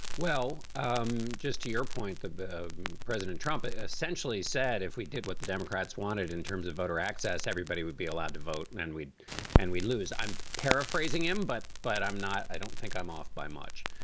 well, just to your point, the president trump essentially said if we did what the democrats wanted in terms of voter access, everybody would be allowed to vote and and we'd and we lose. i'm paraphrasing him, but but i'm not i don't think i'm off by much.